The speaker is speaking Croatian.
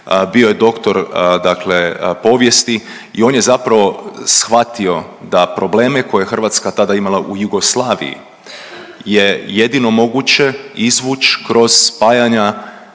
Bio je doktor dakle povijesti i on je zapravo shvatio da probleme koje je Hrvatska tada imala u Jugoslaviji je jedino moguće izvući kroz spajanja